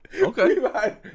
Okay